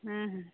ᱦᱩᱸ ᱦᱩᱸ